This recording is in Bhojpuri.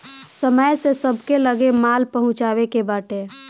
समय से सबके लगे माल पहुँचावे के बाटे